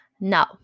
Now